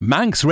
Manx